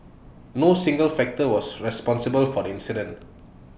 no single factor was responsible for the incident